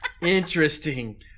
Interesting